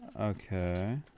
Okay